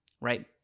right